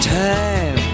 time